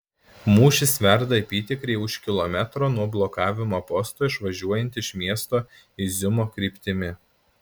mūšis verda apytikriai už kilometro nuo blokavimo posto išvažiuojant iš miesto iziumo kryptimi